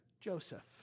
Joseph